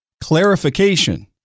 Clarification